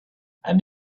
and